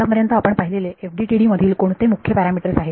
आतापर्यंत आपण पाहिलेले FDTD मधील कोणते मुख्य पॅरामीटर्स आहेत